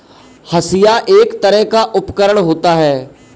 हंसिआ एक तरह का उपकरण होता है